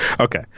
okay